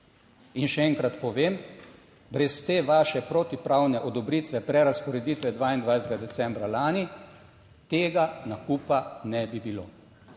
In še enkrat povem, brez te vaše protipravne odobritve prerazporeditve 22. decembra lani tega nakupa ne bi bilo.